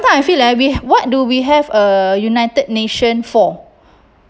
I feel like we what do we have a united nation for